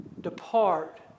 depart